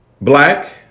Black